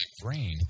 brain